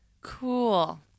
Cool